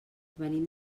venim